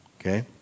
Okay